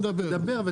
אנחנו נדבר.